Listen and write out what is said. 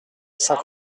saint